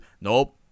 nope